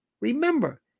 remember